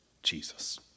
Jesus